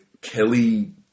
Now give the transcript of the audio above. Kelly